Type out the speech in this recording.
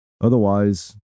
Otherwise